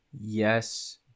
Yes